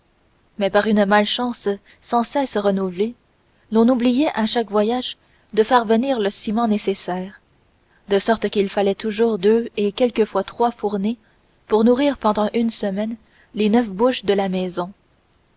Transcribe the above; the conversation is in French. mais par une malchance sans cesse renouvelée l'on oubliait à chaque voyage de faire venir le ciment nécessaire de sorte qu'il fallait toujours deux et quelquefois trois fournées pour nourrir pendant une semaine les neuf bouches de la maison